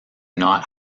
not